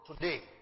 today